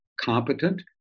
competent